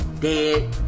Dead